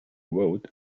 wrote